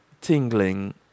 tingling